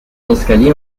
escalier